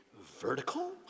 vertical